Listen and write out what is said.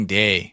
day